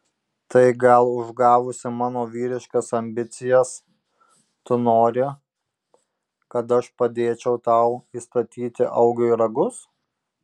tai gal užgavusi mano vyriškas ambicijas tu nori kad aš padėčiau tau įstatyti augiui ragus